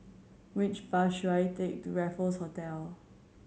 which bus should I take to Raffles Hotel